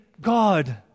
God